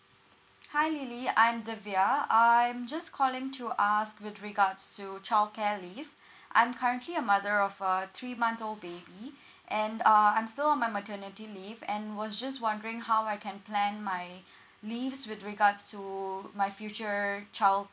hi lily I'm divya I'm just calling to ask with regards to childcare leave I'm currently a mother of a three month old baby and uh I'm still on my maternity leave and was just wondering how I can plan my leaves with regards to my future child